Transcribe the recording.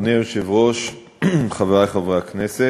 אדוני היושב-ראש, חברי חברי הכנסת,